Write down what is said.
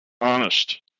honest